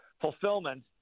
fulfillment